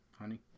honey